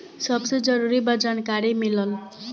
सबसे जरूरी बा जानकारी मिलल